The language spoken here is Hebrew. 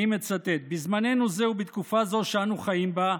אני מצטט: "בזמננו זה ובתקופה זו שאנו חיים בה,